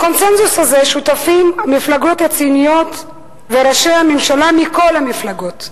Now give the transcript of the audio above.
לקונסנזוס הזה שותפים המפלגות הציוניות וראשי הממשלה מכל המפלגות.